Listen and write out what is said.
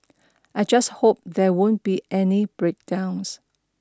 I just hope there won't be any breakdowns